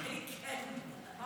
כן, ממש.